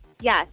yes